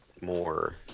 more